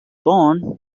born